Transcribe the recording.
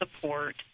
support